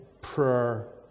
prayer